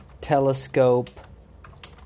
Telescope